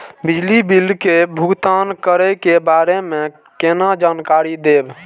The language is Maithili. बिजली बिल के भुगतान करै के बारे में केना जानकारी देब?